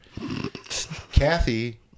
Kathy